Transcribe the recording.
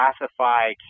classify